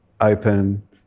open